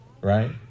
right